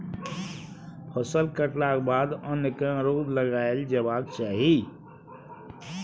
फसल कटलाक बाद अन्न केँ रौद लगाएल जेबाक चाही